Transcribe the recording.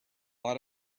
lot